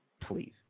Please